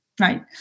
right